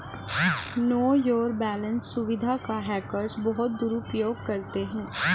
no your balance सुविधा का hackers बहुत दुरुपयोग करते हैं